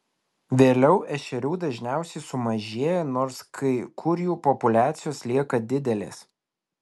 vėliau ešerių dažniausiai sumažėja nors kai kur jų populiacijos lieka didelės